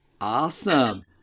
Awesome